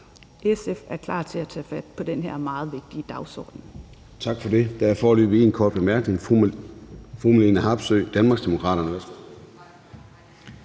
SF er klar til at tage fat på den her meget vigtige dagsorden. Kl. 14:27 Formanden (Søren Gade): Tak for det. Der er foreløbig én kort bemærkning. Fru Marlene Harpsøe, Danmarksdemokraterne.